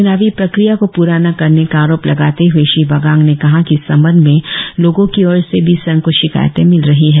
च्नावी प्रक्रिया को प्रा न करने का आरोप लगाते हुए श्री बागांग ने कहा कि इस संबंध में लोगों की ओर से भी संघ को शिकायते मिल रही है